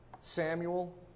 Samuel